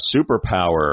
superpower